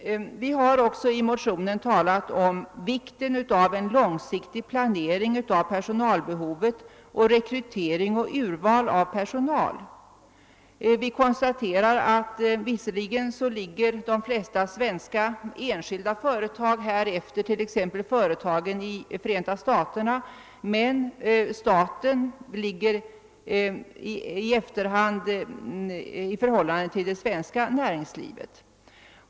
Vi har i motionen också talat om vikten av en långsiktig planering av personalbehovet och rekrytering och urval av personal. Vi konstaterar att visserligen de flesta svenska enskilda företag här ligger efter företagen t.ex. i Förenta staterna men att staten ligger efter det svenska näringslivet.